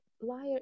liar